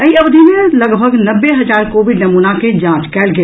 एहि अवधि मे लगभग नब्बे हजार कोविड नमूना के जांच कयल गेल